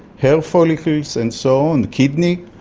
hair follicles and so on, the kidney.